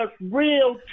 real